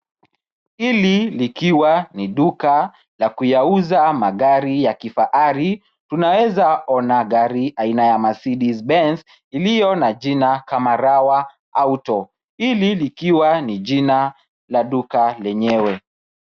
Hili likiwa ni duka la kuyauza magari ya kifahari. Tunaweza ona gari aina ya Mercedes- Benz iliyo na jina kama Rawa Auto. Hili likiwa ni jina la duka lenyewe.